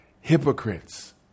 hypocrites